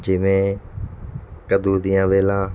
ਜਿਵੇਂ ਕੱਦੂ ਦੀਆਂ ਵੇਲਾਂ